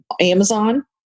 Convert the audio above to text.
Amazon